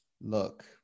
look